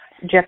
Jeff